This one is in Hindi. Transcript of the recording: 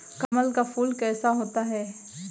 कमल का फूल कैसा होता है?